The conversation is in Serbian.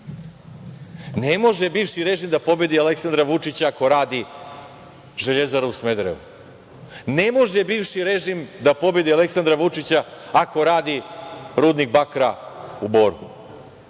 Ne može bivši režim da pobedi Aleksandra Vučića ako radi „Železara“ u Smederevu. Ne može bivši režim da pobedi Aleksandra Vučića ako radi rudnik bakra u Boru.